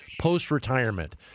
post-retirement